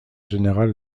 général